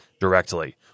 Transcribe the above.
directly